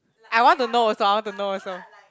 I want to know also I want to know also